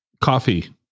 coffee